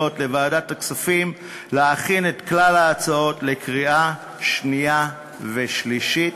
לוועדת הכספים ולהכין את כלל ההצעות לקריאה שנייה ושלישית.